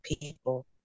people